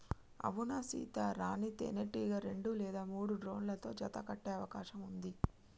అవునా సీత, రాణీ తేనెటీగ రెండు లేదా మూడు డ్రోన్లతో జత కట్టె అవకాశం ఉంది